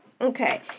Okay